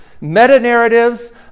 Meta-narratives